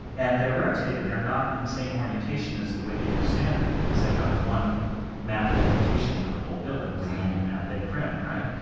and they're rotated. they're not in the same orientation as the way that you're standing because they have one map orientation for the whole buildings, it's the only map they print, right?